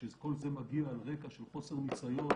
כשכל זה מגיע על רקע של חוסר ניסיון